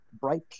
bright